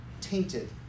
tainted